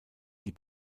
die